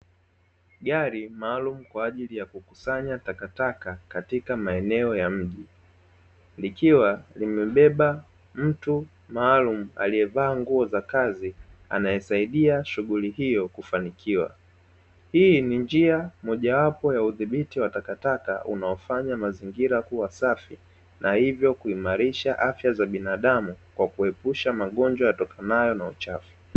Gari maalumu kwa ajili ya kukusanya takataka katika maneno ya mji likiwa limebeba mtu maalumu aliyevaa nguo za kazi anayesaidia shughuli hiyo kufanikiwa. Hii ni njia mojawapo ya udhibiti wa takataka unaofanya mazingira kuwa safi na hivyo kuhimarisha afya za binadamu kwa kuepusha magonjwa yatokanayo na uchafu.